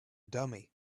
dummy